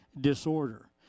disorder